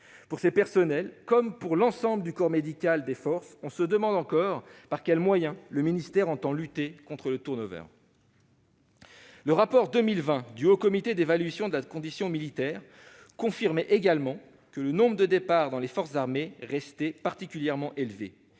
Pour ces personnels, comme pour l'ensemble du corps médical des forces armées, on se demande encore par quels moyens le ministère entend lutter contre le. En 2020, le rapport du Haut Comité d'évaluation de la condition militaire confirmait que le nombre de départs dans les forces armées restait particulièrement élevé.